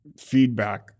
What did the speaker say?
feedback